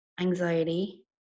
anxiety